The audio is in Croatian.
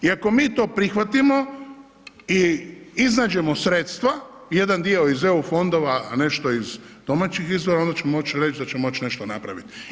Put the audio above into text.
I ako mi to prihvatimo i iznađemo sredstva, jedan dio iz EU fondova, a nešto iz domaćih izvora onda ćemo moć reć da ćemo moć nešto napravit.